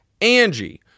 Angie